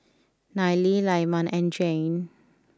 Neely Lyman and Jayne